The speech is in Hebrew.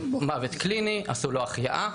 מוות קליני, עשו לו החייאה.